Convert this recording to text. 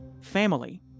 family